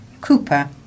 cooper